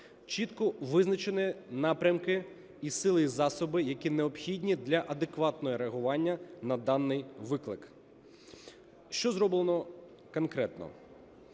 Чітко визначені напрямки і сили, і засоби, які необхідні для адекватного реагування на даний виклик. Що зроблено конкретно?